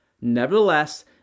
Nevertheless